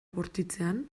bortitzean